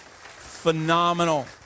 Phenomenal